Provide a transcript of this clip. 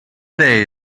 day